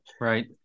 Right